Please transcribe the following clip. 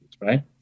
right